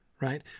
Right